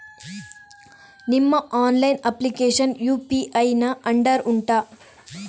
ನಿಮ್ಮ online application UPI ನ under ಉಂಟಾ